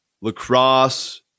lacrosse